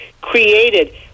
created